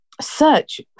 search